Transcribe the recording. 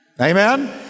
amen